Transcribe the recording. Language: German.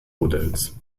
modells